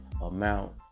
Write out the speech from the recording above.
amount